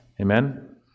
Amen